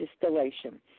distillation